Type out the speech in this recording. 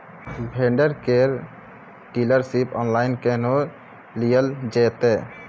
Vendor केर dealership online केहनो लियल जेतै?